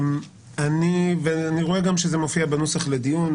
אני רואה גם שזה מופיע בנוסח לדיון,